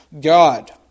God